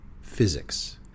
physics